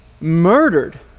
murdered